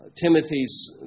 Timothy's